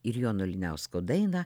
ir jono liniausko dainą